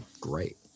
great